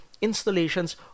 installations